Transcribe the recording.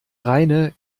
reine